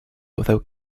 without